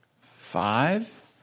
five